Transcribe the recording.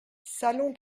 salon